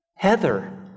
Heather